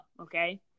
okay